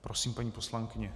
Prosím, paní poslankyně.